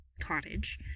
cottage